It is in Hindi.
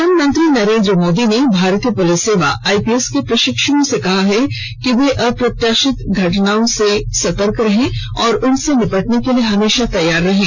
प्रधानमंत्री नरेन्द्र मोदी ने भारतीय पुलिस सेवा आईपीएस के प्रशिक्षुओं से कहा है कि वे अप्रत्याशित घटनाओं से सतर्क रहें और उनसे निपटने के लिए हमेशा तैयार रहें